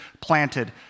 planted